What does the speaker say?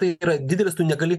tai yra didelis tu negali